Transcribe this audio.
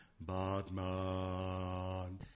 Batman